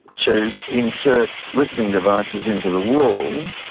to insert listening devices into the wall,